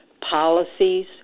policies